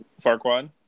farquad